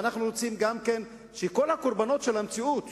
ואנחנו רוצים גם כן שכל הקורבנות של המציאות